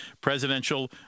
presidential